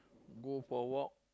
go for walk